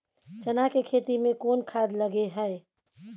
चना के खेती में कोन खाद लगे हैं?